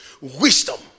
Wisdom